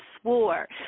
swore